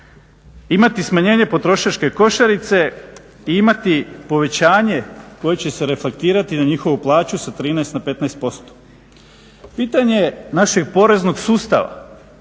imati smanjenje potrošačke košarice i imati povećanje koje će se reflektirati na njihovu plaću sa 13 na 15%. Pitanje je našeg poreznog sustava.